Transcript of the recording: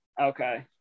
Okay